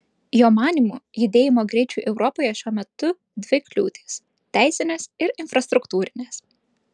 jo manymu judėjimo greičiui europoje šiuo metu dvi kliūtys teisinės ir infrastruktūrinės